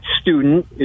student